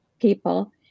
people